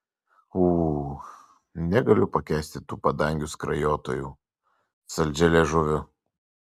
ū negaliu pakęsti tų padangių skrajotojų saldžialiežuvių